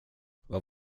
vad